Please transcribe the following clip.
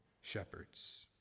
shepherds